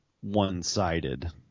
one-sided